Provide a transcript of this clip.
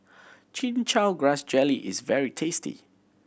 Chin Chow Grass Jelly is very tasty